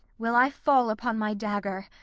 will i fall upon my dagger,